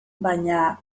baina